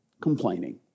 complaining